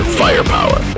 firepower